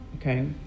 okay